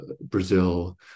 Brazil